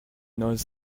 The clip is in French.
noz